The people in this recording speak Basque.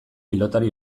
pilotari